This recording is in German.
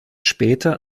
später